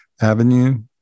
Avenue